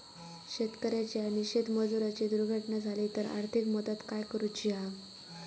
शेतकऱ्याची आणि शेतमजुराची दुर्घटना झाली तर आर्थिक मदत काय करूची हा?